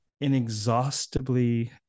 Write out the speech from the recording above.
inexhaustibly